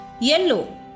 Yellow